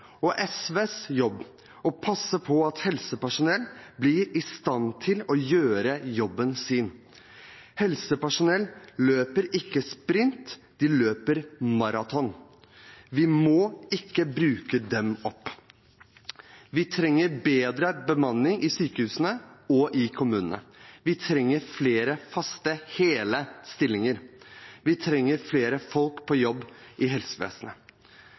og SVs jobb, å passe på at helsepersonell blir i stand til å gjøre jobben sin. Helsepersonell løper ikke sprint, de løper maraton. Vi må ikke bruke dem opp. Vi trenger bedre bemanning i sykehusene og i kommunene. Vi trenger flere faste, hele stillinger. Vi trenger flere folk på jobb i helsevesenet.